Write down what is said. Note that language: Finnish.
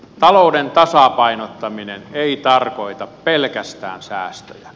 talouden tasapainottaminen ei tarkoita pelkästään säästöjä